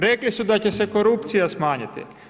Rekli su da će se korupcija smanjiti.